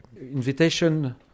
invitation